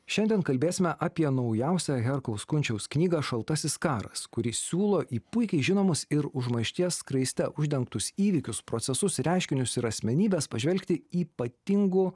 šiandien kalbėsime apie naujausią herkaus kunčiaus knygą šaltasis karas kuri siūlo į puikiai žinomus ir užmaršties skraiste uždengtus įvykius procesus reiškinius ir asmenybes pažvelgti ypatingu